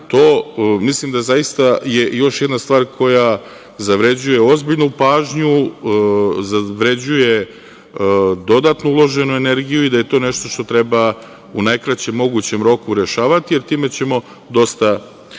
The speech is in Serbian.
To mislim da je zaista još jedna stvar koja zavređuje ozbiljnu pažnju, zavređuje dodatnu uloženu energiju i da je to nešto što treba u najkraćem mogućem roku rešavati, jer time ćemo dosta